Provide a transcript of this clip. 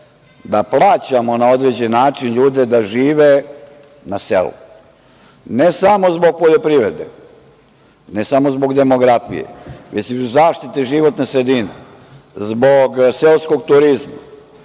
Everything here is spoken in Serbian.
da plaćamo na određen način ljude da žive na selu, ne samo zbog poljoprivrede, ne samo zbog demografije, već i zbog zaštite životne sredine, zbog seoskog turizma,